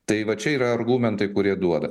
tai va čia yra argumentai kurie duoda